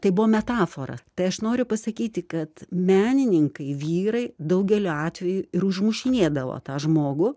tai buvo metafora tai aš noriu pasakyti kad menininkai vyrai daugeliu atvejų ir užmušinėdavo tą žmogų